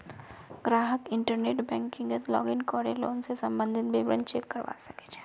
ग्राहक इंटरनेट बैंकिंगत लॉगिन करे लोन स सम्बंधित विवरण चेक करवा सके छै